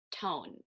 tone